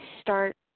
start